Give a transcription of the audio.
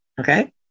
Okay